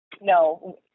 No